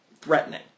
threatening